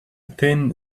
thin